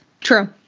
True